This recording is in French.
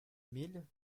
mille